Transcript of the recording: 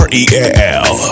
Real